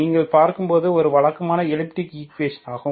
நீங்கள் பார்க்கும்போது இது ஒரு வழக்கமான ஏலிப்டிகள் ஈக்குவேஷனாகும்